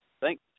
Thanks